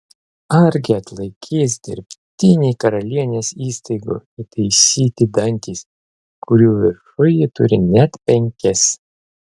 argi atlaikys dirbtiniai karalienės įstaigų įtaisyti dantys kurių viršuj ji turi net penkis